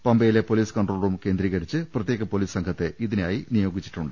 പമ്പയിലെ police control room കേന്ദ്രീകരിച്ച് പ്രത്യേക പൊലീസ് സംഘത്തെ ഇതിനായി നിയോഗിച്ചിട്ടുണ്ട്